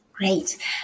Great